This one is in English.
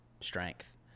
strength